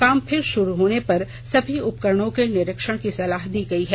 काम फिर शुरू होने पर सभी उपकरणों के निरीक्षण की सलाह दी गई है